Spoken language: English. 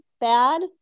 bad